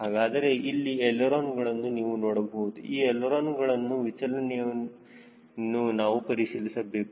ಹಾಗಾದರೆ ಇವು ಎಳಿರೋನಗಳನ್ನು ನೀವು ನೋಡಬಹುದು ಈ ಎಳಿರೋನಗಳನ್ನು ವಿಚಲನೆಯನ್ನು ನಾವು ಪರಿಶೀಲಿಸಬೇಕು